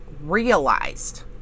realized